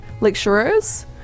Lecturers